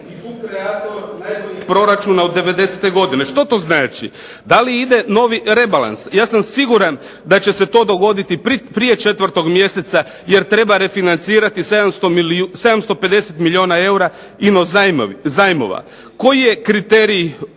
uključen./ ... proračuna od '90. godine. Što to znači? Da li ide novi rebalans? Ja sam siguran da će se to dogoditi prije 4. mjeseca jer treba refinancirati 750 milijuna eura ino zajmova. Koji je kriterij odlaska?